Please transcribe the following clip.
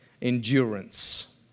Endurance